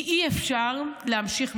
כי אי-אפשר להמשיך,